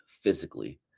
physically